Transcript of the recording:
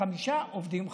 חמישה עובדים חרדים.